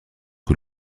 que